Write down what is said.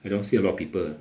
I don't see a lot of people